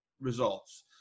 results